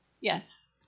Yes